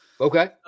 Okay